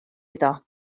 iddo